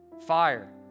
fire